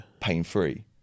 pain-free